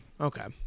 Okay